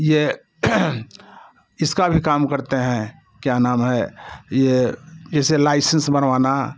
ये इसका भी काम करते हैं क्या नाम है ये इसे लाइसेंस बनवाना